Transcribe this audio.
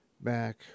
back